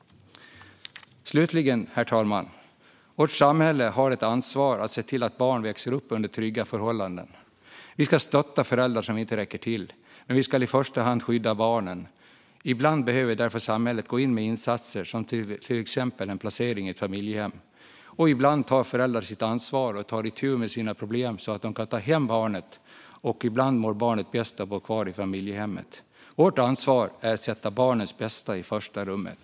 Slutligen har vårt samhälle ett ansvar att se till att barn växer upp under trygga förhållanden. Vi ska stötta föräldrar som inte räcker till, men vi ska i första hand skydda barnen. Ibland behöver därför samhället gå in med insatser, till exempel en placering i ett familjehem. Och ibland tar föräldrar sitt ansvar och tar itu med sina problem så att de kan ta hem barnet. Men ibland mår barnet bäst av att bo kvar i familjehemmet. Vårt ansvar är att sätta barnets bästa i första rummet.